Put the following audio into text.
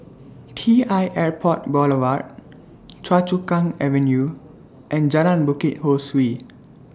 T L Airport Boulevard Choa Chu Kang Avenue and Jalan Bukit Ho Swee